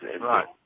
Right